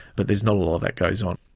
but there's not a lot of that goes on.